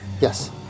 Yes